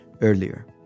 earlier